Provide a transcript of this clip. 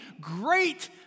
great